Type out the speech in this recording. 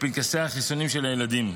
לפנקסי החיסונים של הילדים.